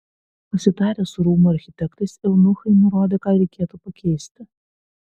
pasitarę su rūmų architektais eunuchai nurodė ką reikėtų pakeisti